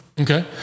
Okay